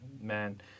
man